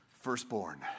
firstborn